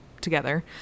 together